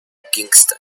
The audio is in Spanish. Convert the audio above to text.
kingston